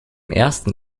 ersten